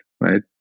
right